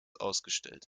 ausgestellt